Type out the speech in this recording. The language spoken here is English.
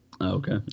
Okay